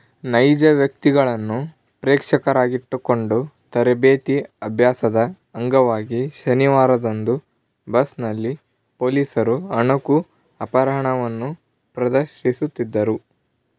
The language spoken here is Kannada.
ನೈಜ ವ್ಯಕ್ತಿಗಳನ್ನು ಪ್ರೇಕ್ಷಕರಾಗಿಟ್ಟುಕೊಂಡು ತರಬೇತಿ ಅಭ್ಯಾಸದ ಅಂಗವಾಗಿ ಶನಿವಾರದಂದು ಬಸ್ನಲ್ಲಿ ಪೊಲೀಸರು ಅಣಕು ಅಪಹರಣವನ್ನು ಪ್ರದರ್ಶಿಸುತ್ತಿದ್ದರು